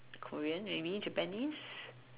Korean maybe Japanese